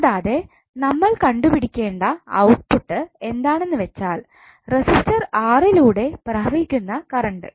കൂടാതെ നമ്മൾ കണ്ടുപിടിക്കേണ്ട ഔട്ട്പുട്ട് എന്താണെന്നുവെച്ചാൽ റെസിസ്റ്റർ R ലൂടെ പ്രവഹിക്കുന്ന കറണ്ട്